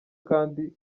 kandi